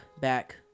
back